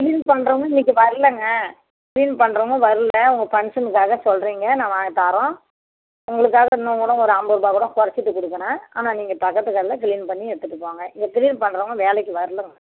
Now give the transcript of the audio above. clean பண்றவங்க இன்றைக்கு வரலங்க க்ளீன் பண்றவங்க வரல உங்கள் ஃபங்க்ஷனுக்காக சொல்கிறிங்க நாங்கள் வ தரம் உங்களுக்காக இன்னுக்கூட ஒரு ஐம்பதுருபா கூட குறச்சிட்டு கொடுக்குறேன் ஆனால் நீங்கள் பக்கத்து கடையில் க்ளீன் பண்ணி எடுத்துட்டு போங்க இங்கே க்ளீன் பண்றவங்க வேலைக்கு வரலங்க